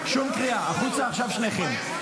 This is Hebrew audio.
שום קריאה, החוצה עכשיו שניכם.